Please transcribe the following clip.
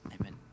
Amen